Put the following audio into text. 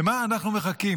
למה אנחנו מחכים?